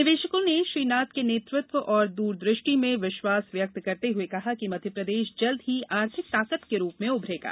निवेशकों ने श्री नाथ के नेतृत्व और द्रदृष्टि में विश्वास व्यक्त करते हुए कहा कि मध्यप्रदेश जल्दी ही आर्थिक ताकत के रूप में उभरेगा